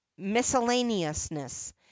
miscellaneousness